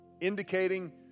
indicating